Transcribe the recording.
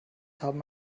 haben